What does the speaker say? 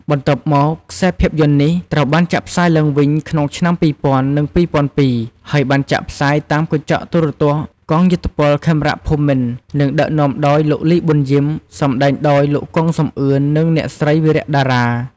បន្ទាប់មក ខ្សែភាពយន្ត នេះត្រូវបាន ចាក់ផ្សាយឡើងវិញ ក្នុងឆ្នាំ ២០០០ និង ២០០២ ហើយបានចាក់ផ្សាយតាមកញ្ចក់ ទូរទស្សន៍កងយោធពលខេមរភូមិន្ទ និងដឹកនាំដោយលោក លី ប៊ុនយីម សម្តែងដោយលោក គង់ សំអឿន និងអ្នកស្រី វីរៈ តារា។